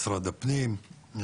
משרד הפנים,